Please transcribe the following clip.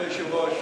כבוד היושב-ראש,